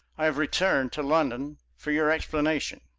i have returned to london for your explanation.